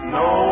no